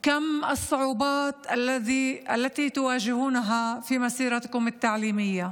עד כמה אתם נתקלים בקשיים במהלך הלימודים שלכם,